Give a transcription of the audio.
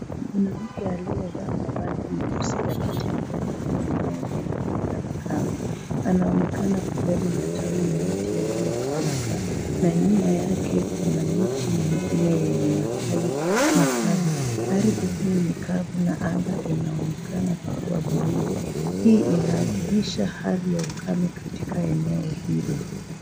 Mwanamke aliyevaa mavazi meusi akitembea kwenye eneo lenye madhara kavu anaonekana kubeba matawi ya mti yaliyokauka na nyuma yake kuna miti mingine yenye matawi makavu , ardhi hii ni kavu na anga inaonekana kuwa bluu hii inadhihirisha hali ya ukame katika eneo hili.